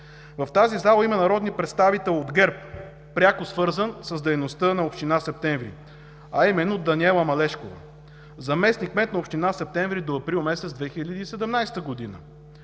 В тази зала има народен представител от ГЕРБ, пряко свързан с дейността на община Септември, а именно Даниела Малешкова – заместник-кмет на община Септември до април месец 2017 г.